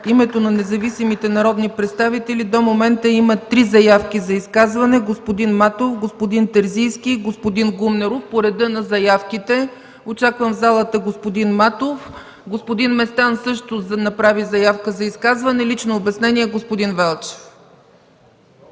името на независимите народни представители до момента има три заявки за изказвания – господин Матов, господин Терзийски и господин Гумнеров. Ще им дам думата по реда на заявките. Господин Местан също направи заявка за изказване. Лично обяснение – господин Велчев.